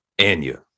Anya